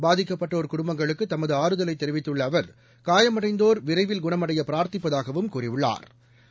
பாதிக்கப்பட்டோர் குடும்பங்களுக்கு தமது ஆறு தலை தெரிவித்துள்ள அவர் காயமடைந்தோர் விரைவி ல் குண்மடைய பிரா ர் த்தி ப் பதாக வடம் கூறிய ள்ளா ர்